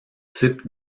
types